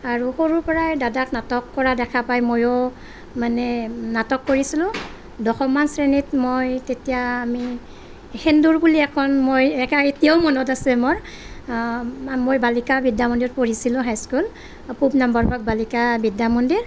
আৰু সৰুৰ পৰাই দাদাক নাটক কৰা দেখা পাই ময়ো মানে নাটক কৰিছিলোঁ দশমমান শ্ৰেণীত মই তেতিয়া আমি সেন্দুৰ বুলি এখন মই এতিয়াও মনত আছে মোৰ মই বালিকা বিদ্যামন্দিৰত পঢ়িছিলোঁ হাইস্কুল পূৱ বালিকা বিদ্যামন্দিৰ